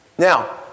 Now